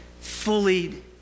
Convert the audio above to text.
fully